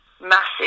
massive